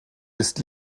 ist